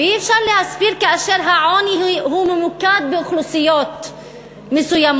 ואי-אפשר להסביר כאשר העוני ממוקד באוכלוסיות מסוימות,